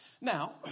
Now